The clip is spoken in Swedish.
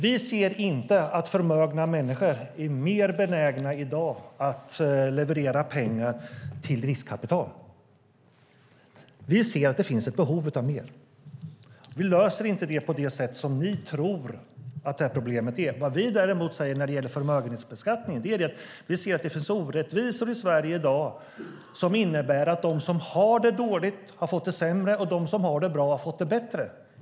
Vi ser inte att förmögna människor är mer benägna i dag att leverera pengar till riskkapital. Vi ser att det finns ett behov av mer. Vi löser inte problemet på det sätt som ni tror. Vad vi säger när det gäller förmögenhetsbeskattning är att vi ser att det finns orättvisor i Sverige i dag som innebär att de som har det dåligt har fått det sämre och att de som har det bra har fått det bättre.